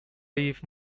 leaf